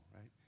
right